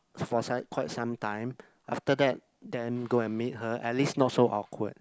for so~ quite sometime after that then go and meet her at least not so awkward